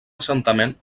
assentament